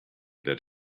that